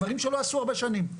דברים שלא עשו הרבה שנים.